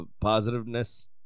positiveness